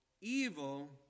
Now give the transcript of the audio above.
evil